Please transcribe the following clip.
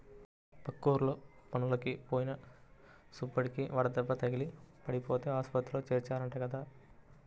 పక్కూర్లో పనులకి పోయిన సుబ్బడికి వడదెబ్బ తగిలి పడిపోతే ఆస్పత్రిలో చేర్చారంట కదా